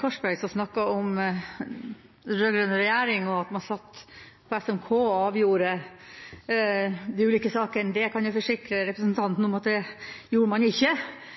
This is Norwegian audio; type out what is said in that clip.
Korsberg, som snakket om den rød-grønne regjeringa og at man satt på SMK og avgjorde de ulike sakene. Det kan jeg forsikre representanten om at det gjorde